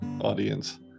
audience